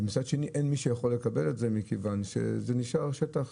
ומצד שני אין מי שיכול לקבל את זה מכיוון שזה נשאר שטח,